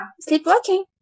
Sleepwalking